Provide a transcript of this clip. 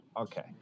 okay